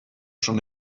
schon